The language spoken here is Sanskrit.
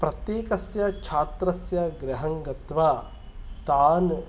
प्रत्येकस्य छात्रस्य गृहं गत्वा तान्